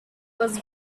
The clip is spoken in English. was